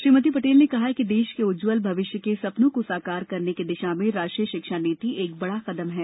श्रीमती पटेल ने कहा कि देश के उज्ज्वल भविष्य के सपनों को साकार करने की दिशा में राष्ट्रीय शिक्षा नीति एक बड़ा कदम है